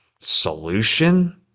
solution